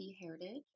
heritage